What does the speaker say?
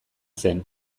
zen